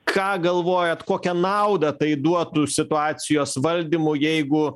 ką galvojat kokią naudą tai duotų situacijos valdymui jeigu